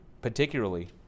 particularly